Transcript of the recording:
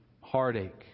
heartache